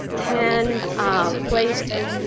ten um places.